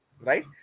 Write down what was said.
right